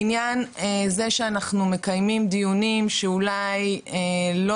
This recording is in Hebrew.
לעניין זה שאנחנו מקיימים דיונים שאולי לא